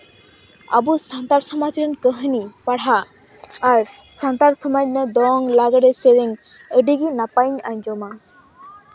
ᱟᱵᱚ ᱥᱟᱱᱛᱟᱲ ᱥᱚᱢᱟᱡ ᱨᱮᱱ ᱠᱟᱹᱦᱱᱤ ᱯᱟᱲᱦᱟᱜ ᱟᱨ ᱥᱟᱱᱛᱟᱲ ᱥᱚᱢᱟᱡ ᱨᱮᱱᱟᱜ ᱫᱚᱝ ᱞᱟᱜᱽᱬᱮ ᱥᱮᱨᱮᱧ ᱟᱹᱰᱤ ᱜᱮ ᱱᱟᱯᱟᱭᱤᱧ ᱟᱸᱡᱚᱢᱟ